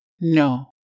No